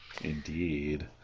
indeed